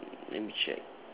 let me check